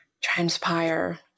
transpire